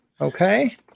Okay